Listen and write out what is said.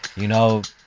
you know,